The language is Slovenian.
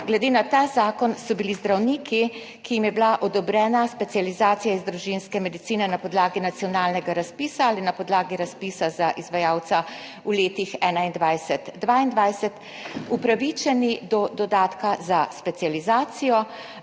Glede na ta zakon so bili zdravniki, ki jim je bila odobrena specializacija iz družinske medicine na podlagi nacionalnega razpisa ali na podlagi razpisa za izvajalca v letih 2021, 2022, upravičeni do dodatka za specializacijo